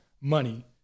money